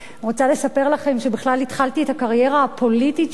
רוצה לספר לכם שבכלל התחלתי את הקריירה הפוליטית שלי